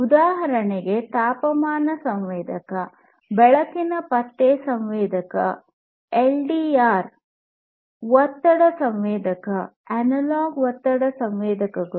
ಉದಾಹರಣೆಗೆ ತಾಪಮಾನ ಸಂವೇದಕ ಬೆಳಕಿನ ಪತ್ತೆ ಸಂವೇದಕ ಎಲ್ಡಿಆರ್ ಒತ್ತಡ ಸಂವೇದಕ ಅನಲಾಗ್ ಒತ್ತಡ ಸಂವೇದಕಗಳು